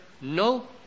no